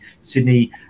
Sydney